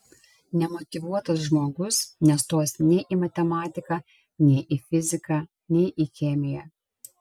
nemotyvuotas žmogus nestos nei į matematiką nei į fiziką nei į chemiją